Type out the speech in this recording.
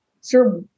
sir